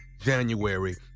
January